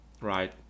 Right